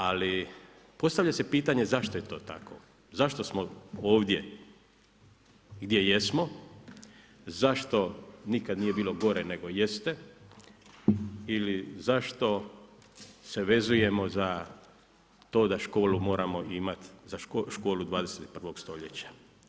Ali, postavlja se pitanje zašto je to tako, zašto smo ovdje gdje jesmo, zašto nikada nije bilo gore nego jeste ili zašto se vezujemo za to da školu moramo imati, za školu 21. stoljeća.